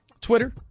Twitter